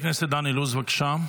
חבר הכנסת דן אילוז, בבקשה,